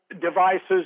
devices